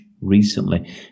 recently